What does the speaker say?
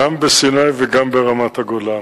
גם בסיני וגם ברמת-הגולן.